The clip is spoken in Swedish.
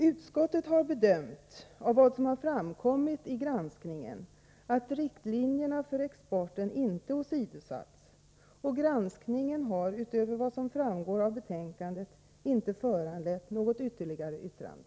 Utskottet har bedömt att, av vad som framkommit vid granskningen, riktlinjerna för exporten inte åsidosatts. Granskningen har, utöver vad som framgår av betänkandet, inte föranlett något ytterligare yttrande.